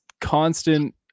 constant